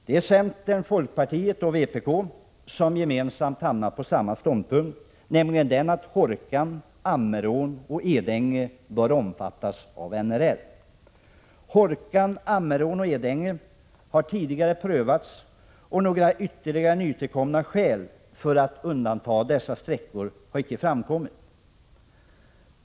Det är centern, folkpartiet och vpk som gemensamt hamnat på samma ståndpunkt, nämligen den att Hårkan, Ammerån och Edänge bör omfattas av NRL. Hårkan, Ammerån och Edänge har tidigare prövats, och några ytterligare skäl för att undanta dessa älvsträckor har inte framkommit.